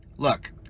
Look